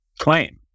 claim